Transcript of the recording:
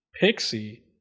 Pixie